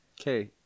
Okay